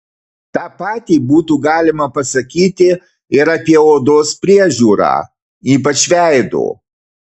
tą patį būtų galima pasakyti ir apie odos priežiūrą ypač veido